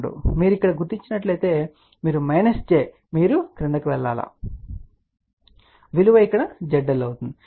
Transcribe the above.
2 మీరు ఇక్కడ గుర్తించినట్లయితే మీరు j మీరు క్రిందికి వెళ్ళండి మరియు విలువ ఇక్కడ zL అవుతుంది